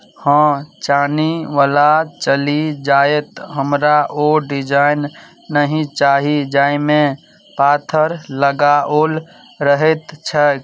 हँ चानीवला चलि जायत हमरा ओ डिजाइन नहि चाही जाहिमे पाथर लगाओल रहैत छैक